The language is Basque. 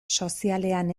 sozialean